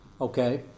okay